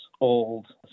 old